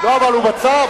לא, אבל הוא בצו.